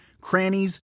crannies